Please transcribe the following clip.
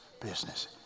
business